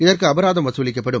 இதற்கு அபராதம் வசூலிக்கப்படும்